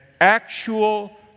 actual